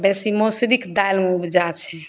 बेसी मौसरीके दालिमे उपजा छै